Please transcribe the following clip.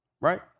right